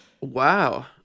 Wow